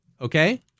okay